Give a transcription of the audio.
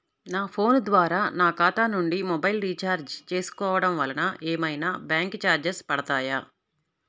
నా ఫోన్ ద్వారా నా ఖాతా నుండి మొబైల్ రీఛార్జ్ చేసుకోవటం వలన ఏమైనా బ్యాంకు చార్జెస్ పడతాయా?